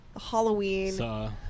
Halloween